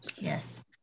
Yes